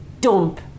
dump